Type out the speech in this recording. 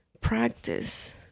practice